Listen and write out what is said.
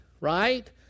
right